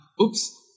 oops